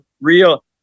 real